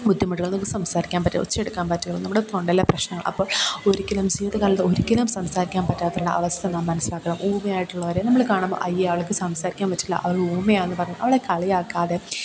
ബുദ്ധിമുട്ടുകൾ നമുക്ക് സംസാരിക്കാൻ പറ്റില്ല ഒച്ചയെടുക്കാൻ പറ്റൂല നമ്മുടെ തൊണ്ടയിലെ പ്രശ്നങ്ങൾ അപ്പോൾ ഒരിക്കലും ജീവിതകാലത്ത് ഒരിക്കലും സംസാരിക്കാൻ പറ്റാത്തവരുടെ അവസ്ഥ നാം മനസ്സിലാക്കണം ഊമയായിട്ടുള്ളവരെ നമ്മൾ കാണുമ്പം അയ്യേ അവൾക്ക് സംസാരിക്കാൻ പറ്റില്ല അവൾ ഊമയാന്ന് പറഞ്ഞ് അവളെ കളിയാക്കാതെ